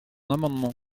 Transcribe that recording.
amendement